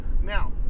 Now